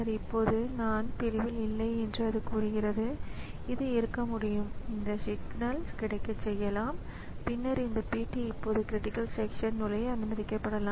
இப்பொழுது பெரும்பாலும் என்ன நடக்கிறது என்றால் பல உபகரணங்களுக்கு கண்ட்ரோல் ஒரே மாதிரியானவைகளாக இருக்கின்றன எடுத்துக்காட்டாக எனது கணினியில் மூன்று டிஸ்க் டிரைவ்கள் இருப்பதாக வைத்துக்காெள்வோம்